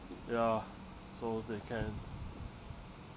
ya so they can